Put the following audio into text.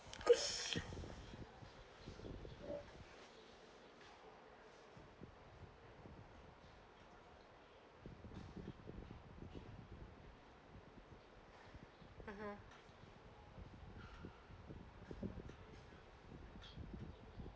cause (uh huh)